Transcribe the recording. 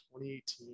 2018